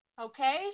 Okay